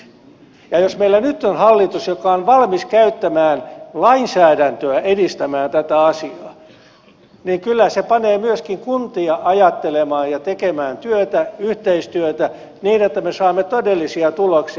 ja jos meillä nyt on hallitus joka on valmis käyttämään lainsäädäntöä edistämään tätä asiaa niin kyllä se panee myöskin kuntia ajattelemaan ja tekemään työtä yhteistyötä niin että me saamme todellisia tuloksia